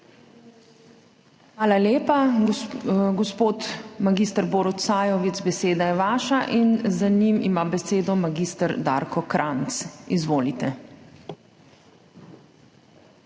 Hvala lepa. Gospod mag. Borut Sajovic, beseda je vaša. Za njim ima besedo mag. Darko Krajnc. Izvolite!